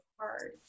hard